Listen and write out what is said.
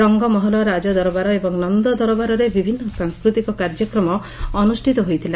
ରଙ୍ଙମହଲ ରାଜଦରବାର ଏବଂ ନନ୍ଦ ଦରବାରରେ ବିଭିନ୍ଦ ସାଂସ୍କୃତିକ କାର୍ଯ୍ୟକ୍ରମ ହୋଇଥିଲା